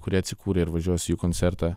kurie atsikūrė ir važiuosiu į jų koncertą